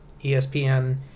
espn